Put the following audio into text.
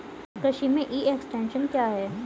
कृषि में e extension क्या है?